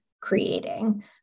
creating